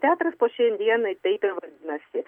teatras po šiai dienai taip ir vadinasi